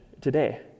today